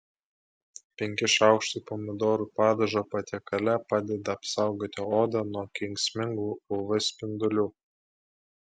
penki šaukštai pomidorų padažo patiekale padeda apsaugoti odą nuo kenksmingų uv spindulių